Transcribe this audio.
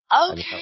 Okay